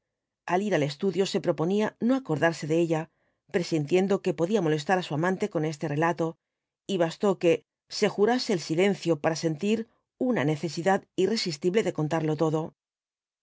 al ir al estudio se proponía no acordarse de ella presintiendo que podía molestar á su amante con este relato y bastó que se jurase el silencio para sentir una necesidad irresistible de contarlo todo